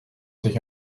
sich